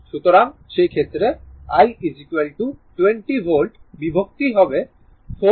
সুতরাং সেই ক্ষেত্রে i 20 ভোল্ট বিভক্ত 4 Ω